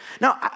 Now